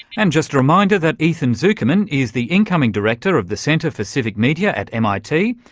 and just a reminder that ethan zuckerman is the incoming director of the centre for civic media at mit,